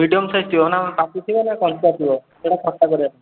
medium size ଥିବ ନା ପାଚିଥିବ ନା କଞ୍ଚା ଥିବ ସେଟା ଖଟା କରିବା